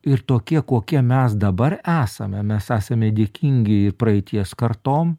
ir tokie kokie mes dabar esame mes esame dėkingi praeities kartom